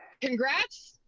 congrats